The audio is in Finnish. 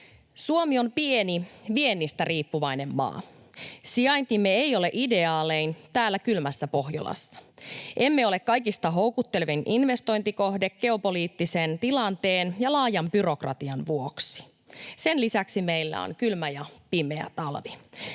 Suomi on pieni, viennistä riippuvainen maa. Sijaintimme ei ole ideaalein täällä kylmässä Pohjolassa. Emme ole kaikista houkuttelevin investointikohde geopoliittisen tilanteen ja laajan byrokratian vuoksi. Sen lisäksi meillä on kylmä ja pimeä talvi.